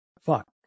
Fuck